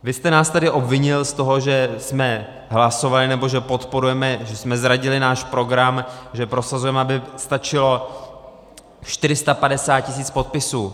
Vy jste nás tady obvinil z toho, že jsme hlasovali, nebo že podporujeme, že jsme zradili náš program, že prosazujeme, aby stačilo 450 tisíc podpisů.